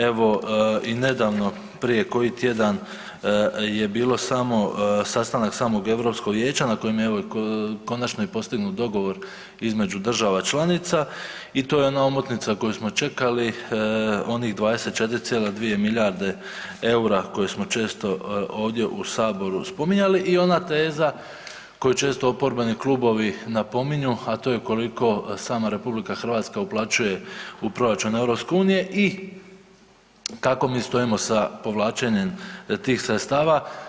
Evo i nedavno prije koji tjedan je bio sastanak samog Europskog Vijeća na kojem je konačno i postignut dogovor između država članica i to je ona omotnica koju smo čekali onih 24,2 milijarde eura koje smo često ovdje u Saboru spominjali i ona teza koju često oporbeni klubovi napominju, a to je koliko sama RH uplaćuje u proračun EU i kako mi stojimo sa povlačenjem tih sredstava.